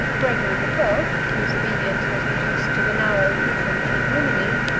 gregory the twelfth, whose obedience was reduced to the narrow precincts of rimini,